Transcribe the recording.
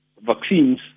vaccines